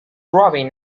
robin